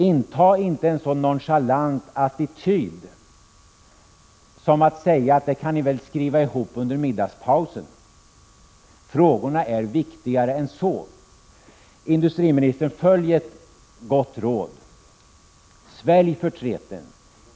Inta inte en så nonchalant attityd som att säga till oss att vi väl kan skriva ihop detta under middagspausen. Frågorna är viktigare än så. Industriministern, följ ett gott råd. Svälj förtreten!